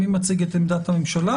מי מציג את עמדת הממשלה,